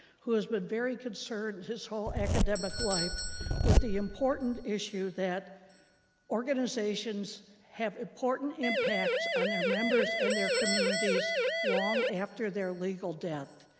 who has been very concerned his whole academic life with the important issue that organizations have important impacts on their members and their communities long after after their legal death.